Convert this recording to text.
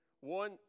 One